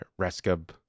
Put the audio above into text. Rescub